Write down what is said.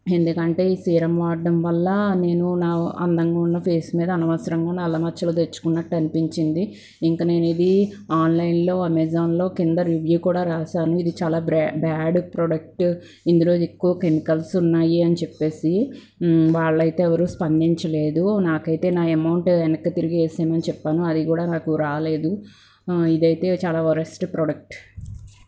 ఎందుకంటే ఈ సీరం వాడడం వల్ల నేను నా అందంగా ఉన్న ఫేస్ మీద అనవసరంగా నల్లమచ్చలు తెచ్చుకున్నట్టు అనిపించింది ఇంక నేను ఇది ఆన్లైన్లో అమెజాన్లో కింద రివ్యూ కూడా రాశాను ఇది చాలా బ్రాడ్ బాడ్ ప్రొడక్ట్స్ ఇందులో ఎక్కువ కెమికల్స్ ఉన్నాయి అని చెప్పేసి వాళ్లయితే ఎవరూ స్పందించలేదు నాకైతే నా అమౌంట్ వెనక్కి తిరిగి వేసేయమని అని చెప్పాను అది కూడా నాకు రాలేదు ఇదైతే చాలా వరస్ట్ ప్రోడక్ట్